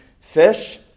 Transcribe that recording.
fish